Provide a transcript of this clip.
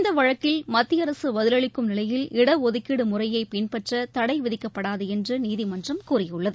இந்த வழக்கில் மத்திய அரசு பதிலளிக்கும் நிலையில் இடஒதுக்கீடு முறையை பின்பற்ற தடை விதிக்கப்படாது என்று நீதிமன்றம் கூறியுள்ளது